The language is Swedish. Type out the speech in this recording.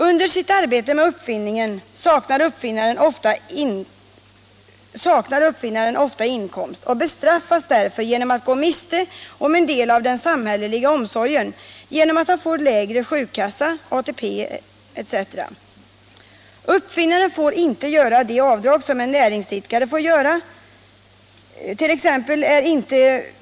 Under sitt arbete med uppfinningen saknar uppfinnaren ofta inkomst och bestraffas därför genom att gå miste om en del av den samhälleliga omsorgen då han får lägre sjukpenning, ATP etc. Uppfinnaren får inte göra de avdrag som näringsidkare kan göra.